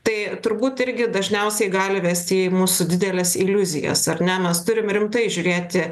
tai turbūt irgi dažniausiai gali vesti į mūsų dideles iliuzijas ar ne mes turim rimtai žiūrėti